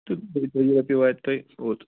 تہٕ دۄیہِ تٲجی رۄپیہِ واتہِ تۄہہِ اوٚت